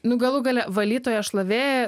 nu galų gale valytoją šlavėją